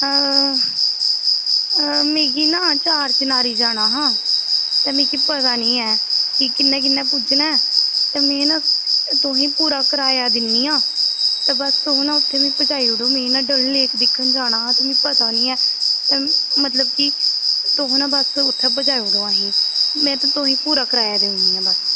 अ मिगी ना चार चिनारी जाना हा ते मिगी पता निं ऐ की कियां कियां पुज्जना ऐ ते में ना तुसेंगी पूरा किराया दिन्नी आं ते तुस ना मिगी उत्थें पजाई ओड़ो में ना उत्थें डल लेक दिक्खनै ई जाना ते मिगी ना पता निं ऐ ते मतलब की तुस ना बस उत्थें पजाई ओड़ो असेंगी में ना तुसेंगी पूरा किराया देई ओड़नी आं बस